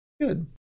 Good